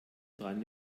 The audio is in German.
dran